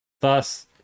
Thus